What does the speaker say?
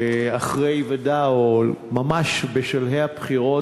אחרי היוודע הדבר או ממש בשלהי תקופת